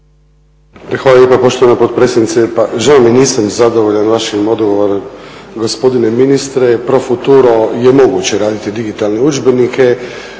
Hvala lijepa poštovana potpredsjednice. Žao mi je nisam zadovoljan vašim odgovorom gospodine ministre. Pro futuro je moguće raditi digitalne udžbenike